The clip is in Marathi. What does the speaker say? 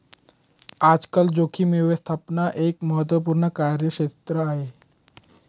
आजकाल जोखीम व्यवस्थापन एक महत्त्वपूर्ण कार्यक्षेत्र आहे